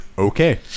Okay